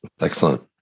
Excellent